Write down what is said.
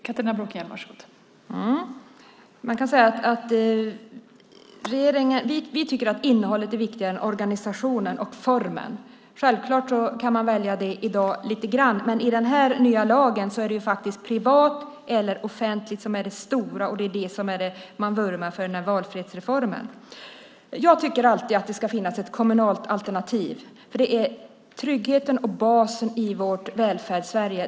Fru talman! Man kan säga att vi tycker att innehållet är viktigare än organisationen och formen. Självklart kan man välja lite grann i dag. Men i den nya lagen är det faktiskt privat eller offentligt som är det stora. Det är det som man vurmar för med den här valfrihetsreformen. Jag tycker att det alltid ska finnas ett kommunalt alternativ. Det är tryggheten och basen i vårt Välfärds-Sverige.